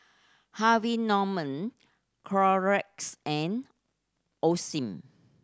Harvey Norman Clorox and Osim